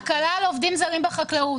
הקלה לעובדים זרים בחקלאות.